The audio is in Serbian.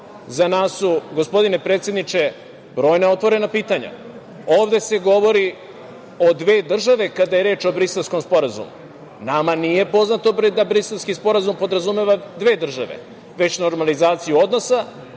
Za nas su, gospodine predsedniče, brojna otvorena pitanja. Ovde se govori o dve države kada je reč o Briselskom sporazumu. Nama nije poznato da Briselski sporazum podrazumeva dve države, već normalizaciju odnosa